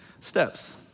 steps